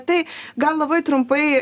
tai gal labai trumpai